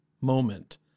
moment